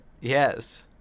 yes